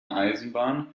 eisenbahn